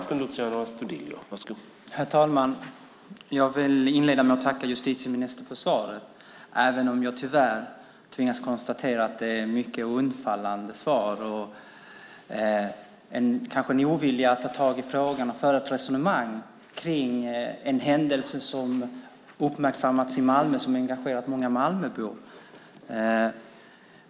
Herr talman! Jag tackar justitieministern för svaret även om jag tyvärr tvingas konstatera att det är ett mycket undfallande svar. Det visar kanske på en ovilja att ta tag i frågan och föra ett resonemang om en händelse som uppmärksammats i Malmö och som engagerat många Malmöbor.